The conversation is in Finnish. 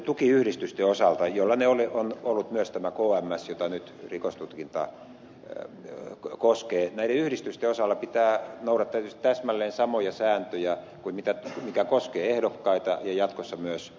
näiden tukiyhdistysten osalta jollainen on ollut myös tämä kms jota nyt rikostutkinta koskee pitää noudattaa tietysti täsmälleen samoja sääntöjä kuin mitkä koskevat ehdokkaita ja jatkossa myös puolueita